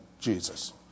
Jesus